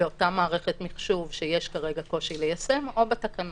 לאותה מערכת מחשוב שיש כרגע קושי ליישם או בתקנות.